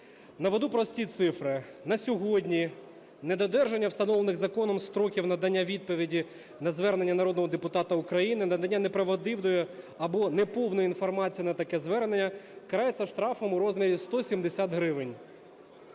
Наведу прості цифри. На сьогодні недодержання встановлених законом строків надання відповіді на звернення народного депутата України, надання неправдивої або неповної інформації на таке звернення карається штрафом у розмірі 170 гривень.